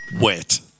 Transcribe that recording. Wet